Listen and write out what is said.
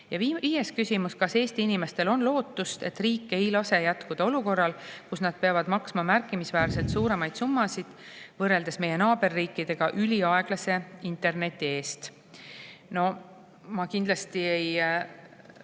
Ja viies küsimus: "Kas Eesti inimestel on lootust, et riik ei lase jätkuda olukorral, kus nad peavad maksma märkimisväärselt suuremaid [summasid] võrreldes meie naaberriikidega üliaeglase interneti eest?" No ma kindlasti ei